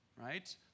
right